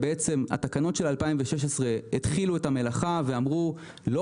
התקנות של 2016 התחילו את המלאכה ואמרו: לא